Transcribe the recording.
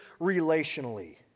relationally